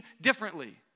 differently